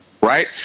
right